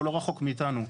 פה לא רחוק מאתנו,